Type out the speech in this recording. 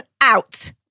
Out